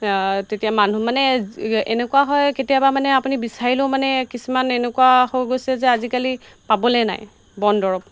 তেতিয়া মানুহ মানে এনেকুৱা হয় কেতিয়াবা মানে আপুনি বিচাৰিলেও মানে কিছুমান এনেকুৱা হৈ গৈছে যে আজিকালি পাবলৈ নাই বন দৰৱ